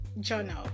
journal